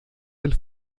del